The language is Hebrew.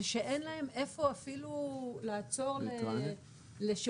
שאין להם איפה אפילו לעצור לשירותים,